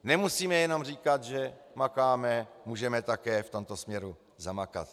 Nemusíme jenom říkat, že makáme, můžeme také v tomto směru zamakat.